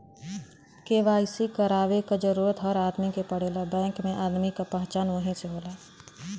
KYC करवाये क जरूरत हर आदमी के पड़ेला बैंक में आदमी क पहचान वही से होला